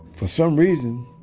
for some reason,